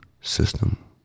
system